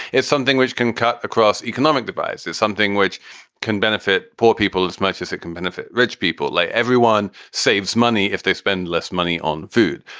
it's something which can cut across economic divides is something which can benefit poor people as much as it can benefit rich people. like everyone saves money if they spend less money on food.